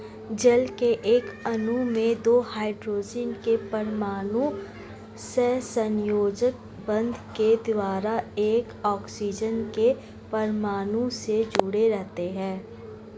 जल के एक अणु में दो हाइड्रोजन के परमाणु सहसंयोजक बंध के द्वारा एक ऑक्सीजन के परमाणु से जुडे़ रहते हैं